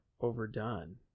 overdone